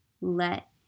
Let